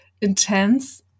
intense